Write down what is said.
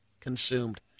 consumed